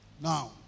Now